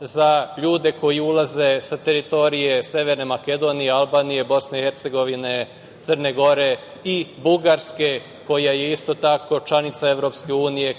za ljude koji ulaze sa teritorije Severne Makedonije, Albanije, Bosne i Hercegovine, Crne Gore i Bugarske, koja je isto tako članica EU,